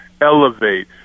elevate